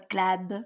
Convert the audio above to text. Club